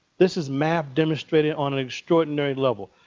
this is math demonstrated on an extraordinary level.